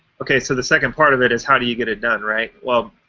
okay, so the second part of it is, how do you get it done, right? well,